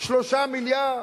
3 מיליארד,